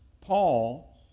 Paul